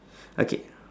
okay